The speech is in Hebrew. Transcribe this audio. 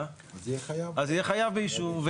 אז יהיה חייב באישור.